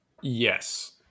Yes